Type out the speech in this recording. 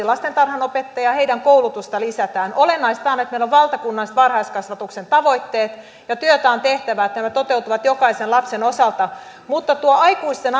lastentarhanopettajia ja heidän koulutustaan lisätään olennaista on että meillä on valtakunnalliset varhaiskasvatuksen tavoitteet ja työtä on tehtävä että ne toteutuvat jokaisen lapsen osalta aikuisten